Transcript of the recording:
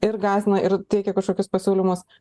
ir gąsdina ir teikia kažkokius pasiūlymus